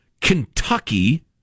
kentucky